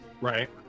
Right